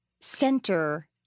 center